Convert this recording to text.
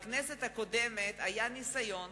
בכנסת הקודמת היה ניסיון